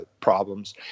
problems